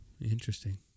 Interesting